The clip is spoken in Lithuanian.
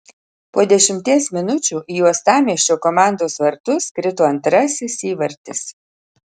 po dešimties minučių į uostamiesčio komandos vartus krito antrasis įvartis